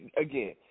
again